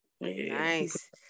Nice